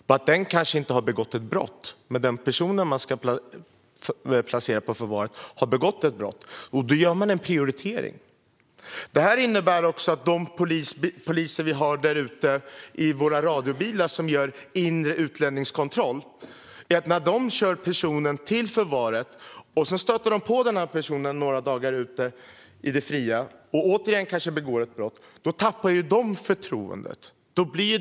Den som släpps ut kanske inte har begått ett brott, men den person som ska placeras på förvar har begått ett brott. Då sker en prioritering. Detta innebär att de poliser som finns i våra radiobilar och som gör inre utlänningskontroll, har kört en person till förvar, och efter ett par dagar stöter på personen i det fria i samband med att denne återigen begår ett brott kommer att tappa förtroendet.